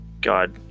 God